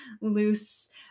loose